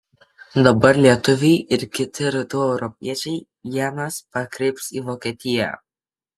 dabar lietuviai ir kiti rytų europiečiai ienas pakreips į vokietiją